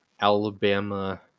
Alabama